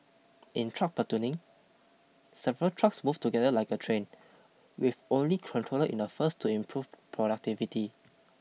in truck platooning several trucks move together like a train with only controller in the first to improve productivity